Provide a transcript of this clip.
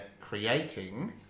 creating